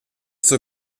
zur